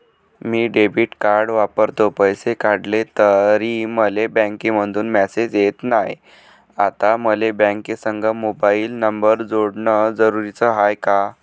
मी debit card वापरतो, पैसे काढले तरी मले बँकेमंधून मेसेज येत नाय, आता मले बँकेसंग मोबाईल नंबर जोडन जरुरीच हाय का?